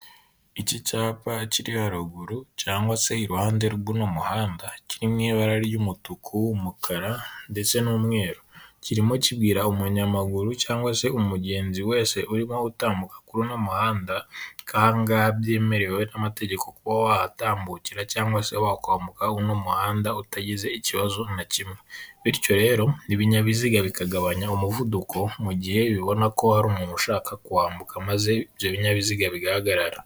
Iki cyapa kiri haruguru cyangwa se iruhande rw'uno muhanda kiri mu ibara ry'umutuku, umukara, ndetse n'umweru. Kirimo kibwira umunyamaguru, cyangwa se umugenzi wese urimo gutambuka kuri uno muhanda, ko aha ngaha abyemerewe n'amategeko kuba wahatambukira cyangwa se wakwambuka uno muhanda utagize ikibazo na kimwe. Bityo rero, ibinyabiziga bikagabanya umuvuduko, mu gihe bibona ko hari umuntu ushaka kwambuka maze ibyo binyabiziga bigahagarara.